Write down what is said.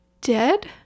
dead